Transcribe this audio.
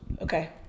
Okay